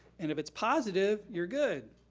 and if it's positive you're good,